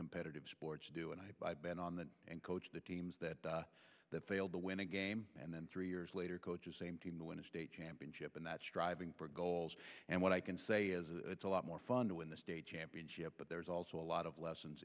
competitive sports do and i've been on that and coached the teams that failed to win a game and then three years later coaches same team to win a state championship and that's striving for goals and what i can say is it's a lot more fun to win the state championship but there's also a lot of lessons